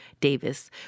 Davis